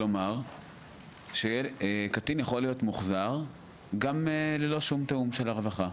כלומר קטין יכול להיות מוחזר גם ללא שום תיאום של הרווחה.